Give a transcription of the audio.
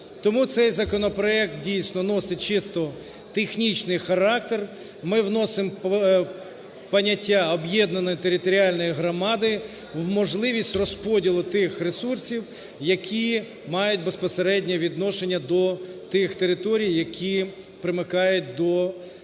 Тому цей законопроект, дійсно, носить чисто технічний характер. Ми вносимо поняття "об'єднаної територіальної громади" в можливість розподілу тих ресурсів, які мають безпосередньо відношення до тих територій, які примикають до діяльності…